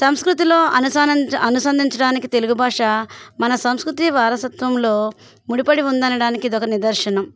సంస్కృతిలో అనుసానించ అనుసంధించడానికి తెలుగు భాష మన సంస్కృతి వారసత్వంలో ముడిపడి ఉంది అనడానికి ఇదొక నిదర్శనం